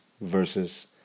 versus